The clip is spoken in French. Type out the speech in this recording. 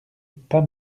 pas